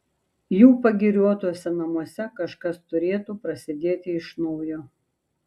jų pagiriotuose namuose kažkas turėtų prasidėti iš naujo